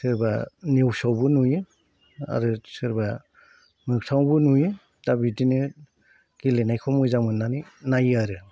सोरबा निउसआवबो नुयो आरो सोरबा मोगथांआवबो नुयो दा बिदिनो गेलेनायखौ मोजां मोननानै नायो आरो